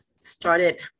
started